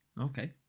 Okay